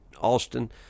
austin